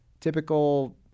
typical